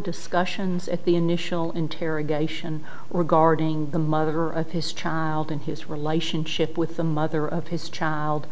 discussions at the initial interrogation or guarding the mother of his child and his relationship with the mother of his child